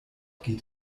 geht